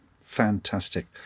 Fantastic